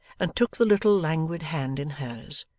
and took the little languid hand in hers.